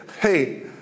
Hey